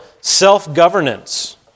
self-governance